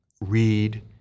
read